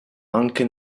anche